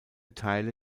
teile